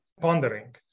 pondering